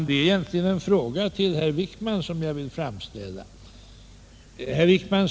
Herr talman! Jag vill egentligen framställa en fråga till herr Wickman.